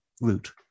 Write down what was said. route